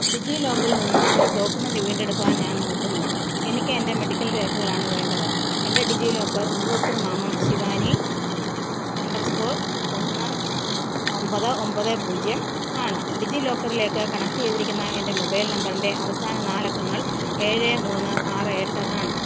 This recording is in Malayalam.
ഡിജീലോക്കറിൽ നിന്ന് ഒരു ഡോക്കുമെൻ്റ് വീണ്ടെടുക്കുവാൻ ഞാൻ നോക്കുന്നു എനിക്ക് എന്റെ മെഡിക്കൽ രേഖകളാണ് വേണ്ടത് എന്റെ ഡിജീലോക്കർ ഉപഭോക്തൃ നാമം ശിവാനി അണ്ടർ സ്കോർ ഒന്ന് ഒമ്പത് ഒമ്പത് പൂജ്യം ആണ് ഡിജീലോക്കറിലേക്ക് കണക്റ്റു ചെയ്തിരിക്കുന്ന എന്റെ മൊബൈൽ നമ്പറിന്റെ അവസാന നാലക്കങ്ങൾ ഏഴ് മൂന്ന് ആറ് എട്ട് ആണ്